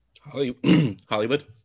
Hollywood